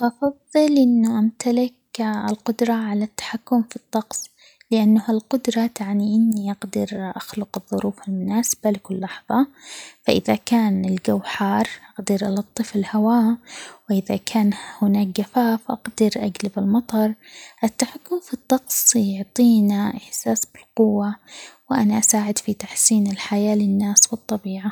بفضل إنه أمتلك القدرة على التحكم في الطقس؛ لأنه هالقدرة تعني إني أقدر أخلق الظروف المناسبة لكل لحظة، فإذا كان الجو حار أقدر ألطف الهواء ،وإذا كان هناك جفاف أقدر أجلب المطر ،التحكم في الطقس يعطينا إحساس بالقوة ،وأنا أساعد في تحسين الحياة للناس والطبيعة.